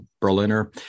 Berliner